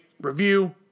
review